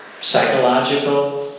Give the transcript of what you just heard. psychological